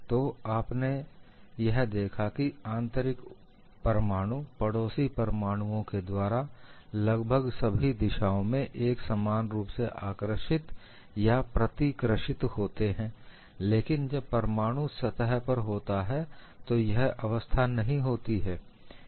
तो आपने यह देखा कि आंतरिक परमाणु पड़ोसी परमाणुओं के द्वारा लगभग सभी दिशाओं में एक समान रूप से आकर्षित या प्रतिकृषित होते हैं लेकिन जब परमाणु सतह पर होता है तो यह अवस्था नहीं होती है